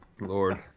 Lord